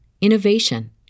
innovation